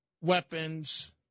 weapons